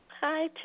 Hi